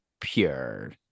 pure